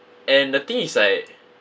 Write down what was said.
and the thing is like